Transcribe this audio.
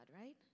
right